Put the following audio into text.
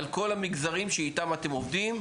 המגזרים שאיתם אתם עובדים.